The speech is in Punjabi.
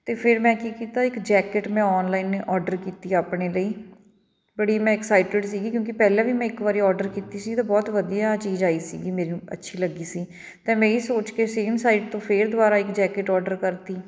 ਅਤੇ ਫਿਰ ਮੈਂ ਕੀ ਕੀਤਾ ਇੱਕ ਜੈਕਟ ਮੈਂ ਔਨਲਾਈਨ ਏ ਔਡਰ ਕੀਤੀ ਆਪਣੇ ਲਈ ਬੜੀ ਮੈਂ ਐਕਸਾਈਟਡ ਸੀਗੀ ਕਿਉਂਕਿ ਪਹਿਲਾਂ ਵੀ ਮੈਂ ਇੱਕ ਵਾਰੀ ਔਡਰ ਕੀਤੀ ਸੀ ਅਤੇ ਬਹੁਤ ਵਧੀਆ ਚੀਜ਼ ਆਈ ਸੀਗੀ ਮੇਰੀ ਅੱਛੀ ਲੱਗੀ ਸੀ ਅਤੇ ਮੈਂ ਇਹੀ ਸੋਚ ਕੇ ਸੇਮ ਸਾਈਟ ਤੋਂ ਫਿਰ ਦੁਬਾਰਾ ਇੱਕ ਜੈਕਟ ਔਡਰ ਕਰਤੀ